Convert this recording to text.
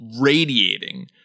radiating